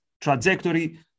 trajectory